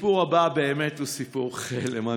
הסיפור הבא באמת הוא סיפור חלם.